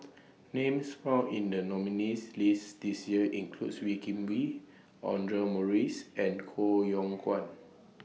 Names found in The nominees' list This Year include Wee Kim Wee Audra Morrice and Koh Yong Guan